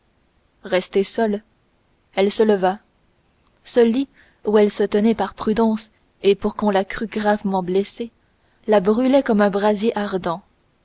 restée seule elle se leva ce lit où elle se tenait par prudence et pour qu'on la crût gravement blessée la brûlait comme un brasier ardent